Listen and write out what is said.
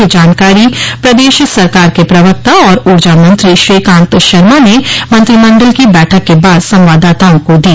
यह जानकारी प्रदेश सरकार के प्रवक्ता और ऊर्जा मंत्री श्रीकांत शर्मा ने मंत्रिमंडल की बैठक के बाद संवाददाताओं को दी